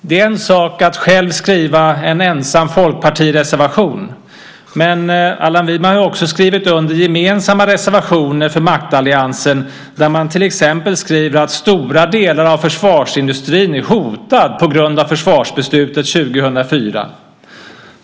Det är en sak att själv skriva en ensam folkpartireservation, men Allan Widman har ju också skrivit under gemensamma reservationer för maktalliansen, där man till exempel skriver att stora delar av försvarsindustrin är hotad på grund av försvarsbeslutet 2004.